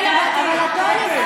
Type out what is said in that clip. כן, אבל הטונים.